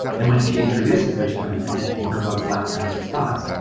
and when she introduces the term and in her book, black feminist thought,